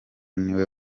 niwe